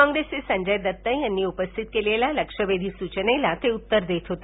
काँग्रेसचे संजय दत्त यांनी उपस्थित केलेल्या लक्षवेधी सूचनेला ते उत्तर देत होते